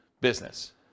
business